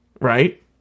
right